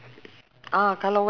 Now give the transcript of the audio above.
ya ya